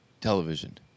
television